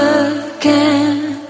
again